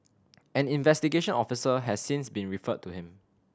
an investigation officer has since been referred to him